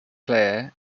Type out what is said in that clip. claire